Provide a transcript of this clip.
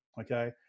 Okay